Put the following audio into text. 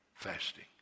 fasting